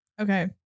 Okay